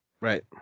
Right